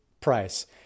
price